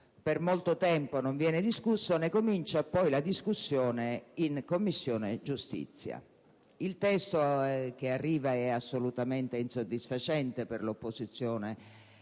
Per molto tempo non viene discusso; ne comincia poi la discussione in Commissione giustizia. Il testo che arriva è assolutamente insoddisfacente per l'opposizione.